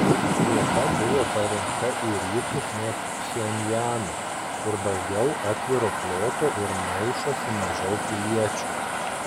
vieta buvo parinkta į rytus nuo pchenjano kur daugiau atviro ploto ir maišosi mažiau piliečių